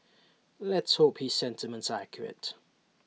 let's hope his sentiments are accurate